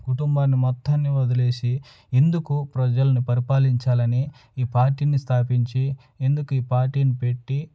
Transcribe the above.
కుటుంబాన్ని మొత్తాన్ని వదిలేసి ఎందుకు ప్రజల్ని పరిపాలించాలని ఈ పార్టీని స్థాపించి ఎందుకు ఈ పార్టీని పెట్టి